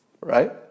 Right